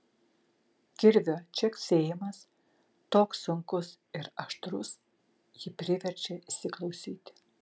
kirvio čeksėjimas toks sunkus ir aštrus jį priverčia įsiklausyti